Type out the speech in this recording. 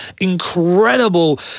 incredible